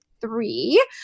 three